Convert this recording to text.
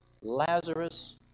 Lazarus